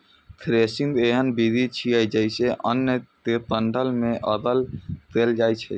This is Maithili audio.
थ्रेसिंग एहन विधि छियै, जइसे अन्न कें डंठल सं अगल कैल जाए छै